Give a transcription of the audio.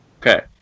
Okay